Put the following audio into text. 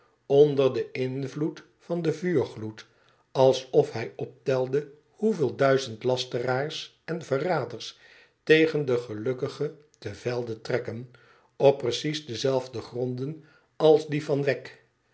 onder den invloed van den vuurgloed alsof hij optelde hoeveel duizend lasteraars en verraders tegen de gelukkigen te velde trekken op precies dezelfde gronden als die van wegg